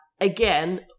again